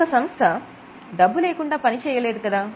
ఒక సంస్థ డబ్బు లేకుండా పని చేయలేదు కదా